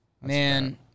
Man